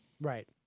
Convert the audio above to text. Right